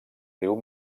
riu